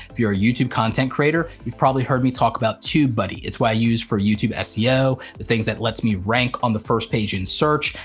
if you're a youtube content creator you've probably heard me talk about tubebuddy, it's what i use for youtube seo, the things that let me rank on the first page in search,